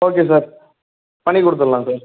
okay sir பண்ணி கொடுத்துடலாம் sir